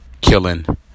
Killing